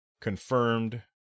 confirmed